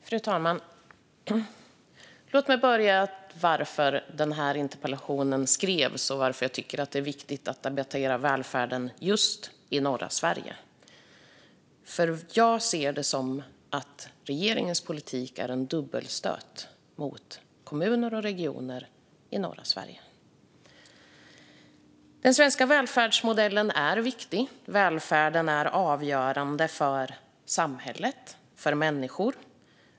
Fru talman! Låt mig börja med att säga varför interpellationen skrevs och varför jag tycker att det är viktigt att debattera välfärden i just norra Sverige. Jag ser det nämligen som att regeringens politik innebär en dubbelstöt mot kommuner och regioner i norra Sverige. Den svenska välfärdsmodellen är viktig. Välfärden är avgörande för samhället och för människor.